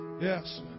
Yes